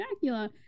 Dracula